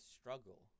struggle